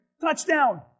Touchdown